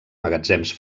magatzems